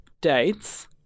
dates